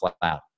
cloud